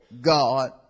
God